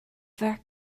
ferch